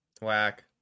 Whack